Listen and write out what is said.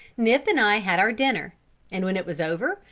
nip and i had our dinner and when it was over,